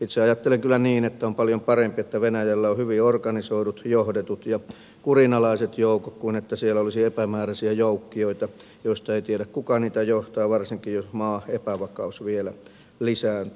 itse ajattelen kyllä niin että on paljon parempi että venäjällä on hyvin organisoidut johdetut ja kurinalaiset joukot kuin että siellä olisi epämääräisiä joukkioita joista ei tiedä kuka niitä johtaa varsinkin jos maan epävakaus vielä lisääntyy